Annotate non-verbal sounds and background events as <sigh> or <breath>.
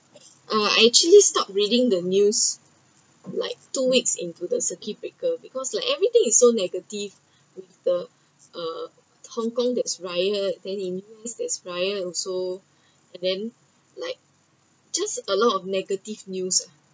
uh I actually stopped reading the news like two weeks into the circuit breaker because like everything is so negative <breath> with the uh hong kong there's riot then india there's riots also <breath> and then like just a lot of negative news uh